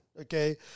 Okay